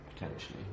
Potentially